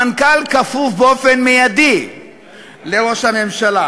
המנכ"ל כפוף באופן מיידי לראש הממשלה.